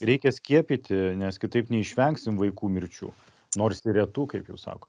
reikia skiepyti nes kitaip neišvengsim vaikų mirčių nors ir retų kaip jūs sakot